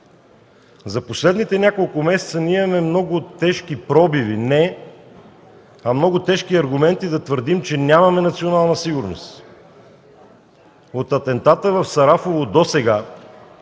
За последните няколко месеца имаме не много тежки пробиви, а много тежки аргументи да твърдим, че нямаме национална сигурност. От атентата в Сарафово досега